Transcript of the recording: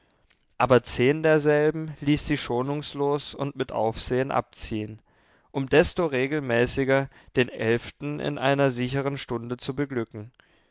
aber zehn derselben ließ sie schonungslos und mit aufsehen abziehen um desto regelmäßiger den elften in einer sichern stunde zu beglücken